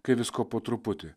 kai visko po truputį